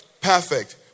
Perfect